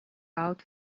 out